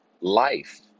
life